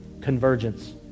convergence